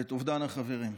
ואת אובדן החברים.